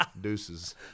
Deuces